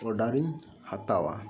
ᱚᱰᱟᱨᱤᱧ ᱦᱟᱛᱟᱣᱟ